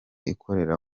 ikorera